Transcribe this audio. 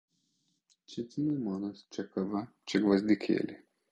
čia cinamonas čia kava čia gvazdikėliai